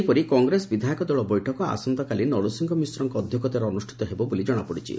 ସେହିପରି କଂଗ୍ରେସ ବିଧାୟକ ଦଳ ବୈଠକ ଆସନ୍ତାକାଲି ନରସିଂହ ମିଶ୍ରଙ୍କ ଅଧ୍ଧକ୍ଷତାରେ ଅନୁଷ୍ଷିତ ହେବ ବୋଲି ଜଶାପଡ଼ିଛି